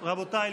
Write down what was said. רבותיי,